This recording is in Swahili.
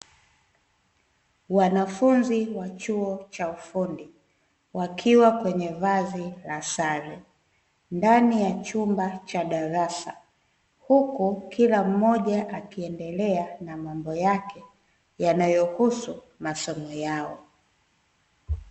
Wanafunzi wa chuo cha ufundi wakiwa kwenye vazi la sare ndani ya chumba cha darasa huku kila mmoja akiendelea na mambo yake yanayohusu masomo yao .